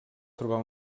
trobar